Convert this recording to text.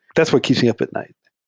that's what keeps me up at night,